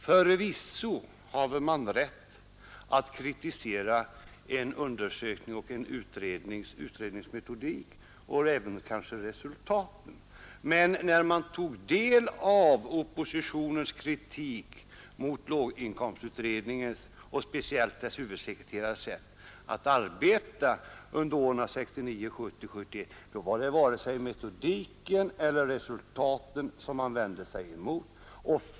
Förvisso har man rätt att kritisera en utredning och dess metodik och resultaten. Men oppositionens kritik mot låginkomstutredningen och speciellt dess huvudsekreterares sätt att arbeta under åren 1969, 1970 och 1971 vände sig varken mot metodiken eller mot resultaten.